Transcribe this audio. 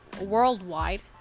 worldwide